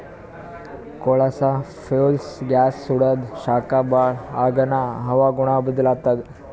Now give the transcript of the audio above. ಕೊಳಸಾ fuels gas ಸುಡಾದು ಶಾಖ ಭಾಳ್ ಆಗಾನ ಹವಾಗುಣ ಬದಲಾತ್ತದ